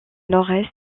nord